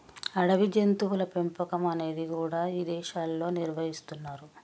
అడవి జంతువుల పెంపకం అనేది కూడా ఇదేశాల్లో నిర్వహిస్తున్నరు